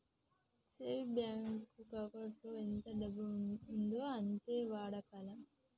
saving bank ఎకౌంటులో ఎంత డబ్బు ఉందో అంతే వాడగలం